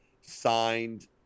signed